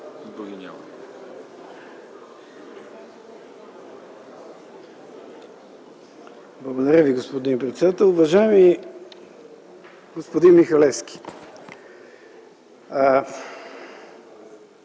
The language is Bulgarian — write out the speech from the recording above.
Благодаря Ви, господин председател. Уважаеми господин Михалевски,